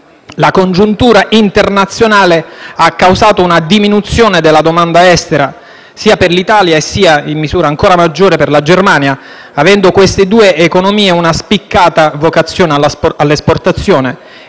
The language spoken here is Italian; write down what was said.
La congiuntura internazionale ha causato una diminuzione della domanda estera, sia per l'Italia sia, in misura ancora maggiore, per la Germania, avendo queste due economie una spiccata vocazione all'esportazione,